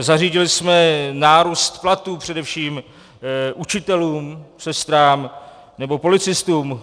Zařídili jsme nárůst platů především učitelům, sestrám nebo policistům.